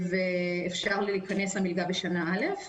אפשר להיכנס למלגה בשנה א'.